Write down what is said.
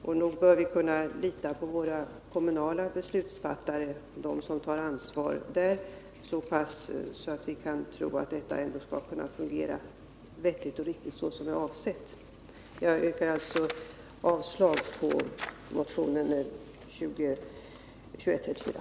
Och nog bör vi kunna lita på att våra kommunala beslutsfattare ser till att systemet kommer att fungera på ett vettigt sätt. Jag yrkar alltså avslag på motionen 2134.